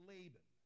Laban